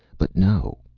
but, no!